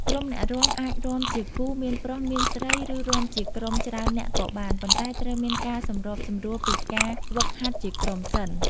ក្រុមអ្នករាំអាចរាំជាគូមានប្រុស មានស្រី ឬ រាំជាក្រុមច្រើននាក់ក៏បាន ប៉ុន្តែត្រូវមានការសម្របសម្រួលពីការហ្វឹកហាត់ជាក្រុមសិន។